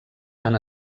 han